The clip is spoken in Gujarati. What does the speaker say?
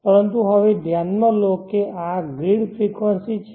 પરંતુ હવે ધ્યાનમાં લો કે આ ગ્રીડ ફ્રેકવંસી છે